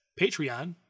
Patreon